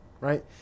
right